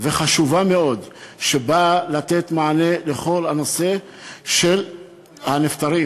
וחשובה מאוד שבאה לתת מענה לכל הנושא של הנפטרים.